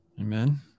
Amen